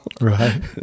Right